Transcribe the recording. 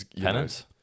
penance